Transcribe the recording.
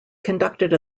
conducted